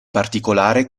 particolare